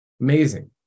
Amazing